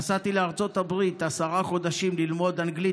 נסעתי לארצות הברית עשרה חודשים ללמוד אנגלית.